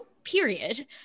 period